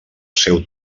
seu